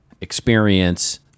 experience